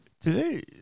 today